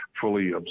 fully